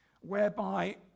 whereby